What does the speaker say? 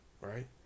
right